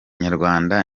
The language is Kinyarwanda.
nyarwanda